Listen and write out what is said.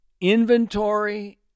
inventory